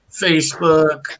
Facebook